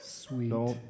sweet